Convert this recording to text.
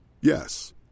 Yes